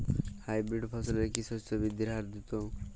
Hybrid ফসলের কি শস্য বৃদ্ধির হার দ্রুত?